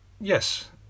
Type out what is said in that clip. yes